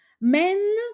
men